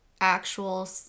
Actual